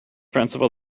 principle